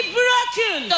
broken